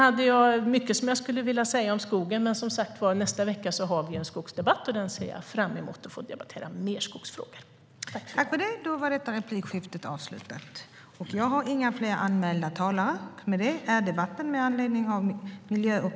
Sedan är det mycket som jag skulle vilja säga om skogen, men som sagt, i nästa vecka har vi en skogsdebatt, och jag ser fram emot att få debattera fler skogsfrågor då.